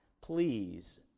please